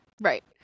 right